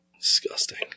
Disgusting